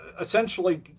essentially